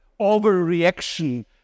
overreaction